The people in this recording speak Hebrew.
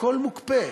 הכול מוקפא.